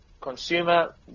consumer